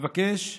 ומבקש לתקן,